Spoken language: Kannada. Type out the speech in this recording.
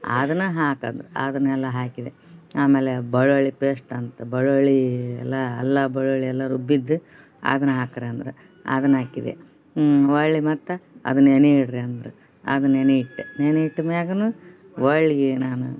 ಅದನ್ನು ಹಾಕು ಅಂದ್ರು ಅದನ್ನೆಲ್ಲ ಹಾಕಿದೆ ಆಮೇಲೆ ಬೆಳ್ಳುಳ್ಳಿ ಪೇಸ್ಟ್ ಅಂತ ಬೆಳ್ಳುಳ್ಳಿ ಎಲ್ಲ ಅಲ್ಲ ಬೆಳ್ಳುಳ್ಳಿ ಎಲ್ಲ ರುಬ್ಬಿದ್ದು ಅದನ್ನು ಹಾಕಿರಿ ಅಂದ್ರು ಅದನ್ನು ಹಾಕಿದೆ ಹೊಳ್ಳಿ ಮತ್ತೆ ಅದು ನೆನೆ ಇಡಿರಿ ಅಂದ್ರು ಅದು ನೆನೆ ಇಟ್ಟೆ ನೆನೆ ಇಟ್ಟ ಮ್ಯಾಗನೂ ಹೊಳ್ಳಿ ನಾನು